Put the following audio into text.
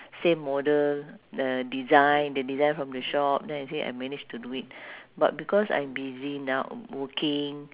same model the design the design from the shop then I say I managed to do it but because I'm busy now w~ working